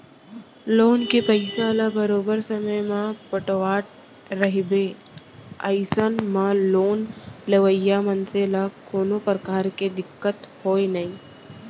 loan के पइसा ल बरोबर समे म पटावट रहिबे अइसन म लोन लेवइया मनसे ल कोनो परकार के दिक्कत होवय नइ